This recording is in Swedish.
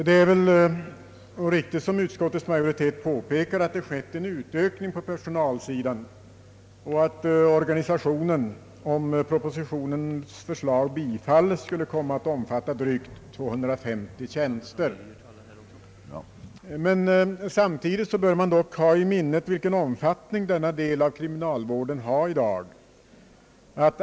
Det är väl riktigt som utskottets majoritet påpekar, att det har skett en utökning på personalsidan och att organisationen, om propositionens förslag bifalles, skulle komma att omfatta drygt 250 tjänster. Samtidigt bör man dock ha i minnet vilken omfattning denna del av kriminalvården i dag har.